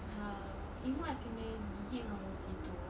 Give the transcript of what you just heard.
ya you know I kena gigit dengan mosquito